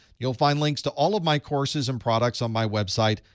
you'll find links to all of my courses and products on my website.